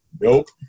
Nope